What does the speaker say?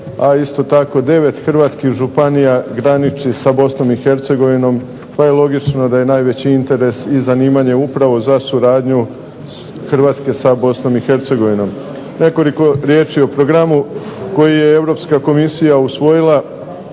a isto tako 9 Hrvatskih županija graniči sa Bosnom i Hercegovinom pa logično da je najveći interes i zanimanje upravo za suradnju Hrvatske sa Bosnom i Hercegovinom. Nekoliko riječi o programu koji je Europska komisija usvojila